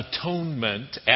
atonement